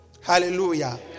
Hallelujah